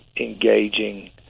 engaging